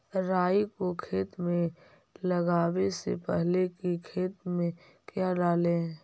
राई को खेत मे लगाबे से पहले कि खेत मे क्या डाले?